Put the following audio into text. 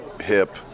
hip